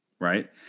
right